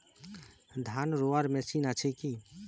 ধান রোয়ার মেশিন আছে কি?